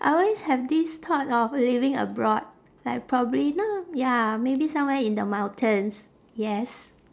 I always have this thought of living abroad like probably no ya maybe somewhere in the mountains yes